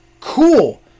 cool